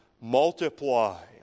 multiply